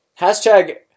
Hashtag